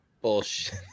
bullshit